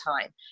time